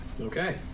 Okay